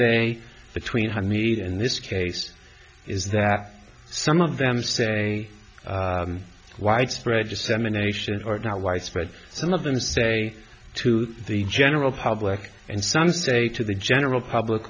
they between honeyed in this case is that some of them say widespread dissemination or not widespread some of them say to the general public and some say to the general public